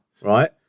right